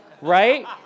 Right